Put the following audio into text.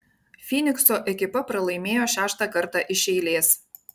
fynikso ekipa pralaimėjo šeštą kartą iš eilės